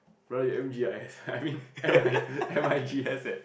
brother you M G I S I mean M I M I G S leh